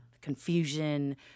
confusion